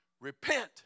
repent